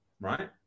Right